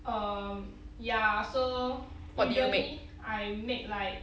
um ya so usually I make like